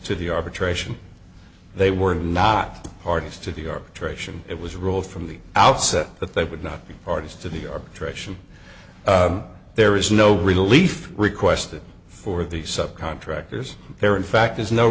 to the arbitration they were not parties to the arbitration it was rule from the outset that they would not be parties to the arbitration there is no relief requested for the sub contractors there in fact is no